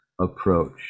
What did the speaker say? approach